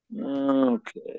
Okay